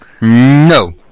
No